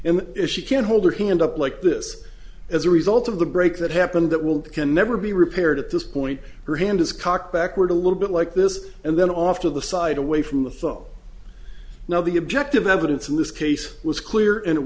if she can hold her hand up like this as a result of the break that happened that will can never be repaired at this point her hand is cocked backward a little bit like this and then off to the side away from the flow now the objective evidence in this case was clear and it